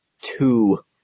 two